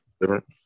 different